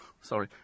Sorry